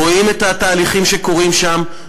רואים את התהליכים שקורים שם,